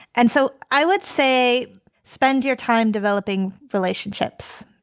and so i would say spend your time developing relationships.